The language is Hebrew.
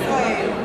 במדינת ישראל?